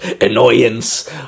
annoyance